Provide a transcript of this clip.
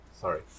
Sorry